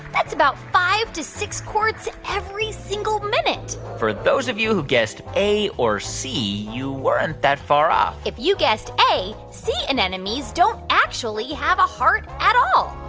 that's about five to six quarts every single minute for those of you who guessed a or c, you weren't that far off if you guessed a, sea and and anemones don't actually have a heart at all.